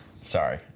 Sorry